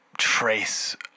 trace